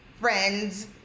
friends